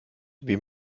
wie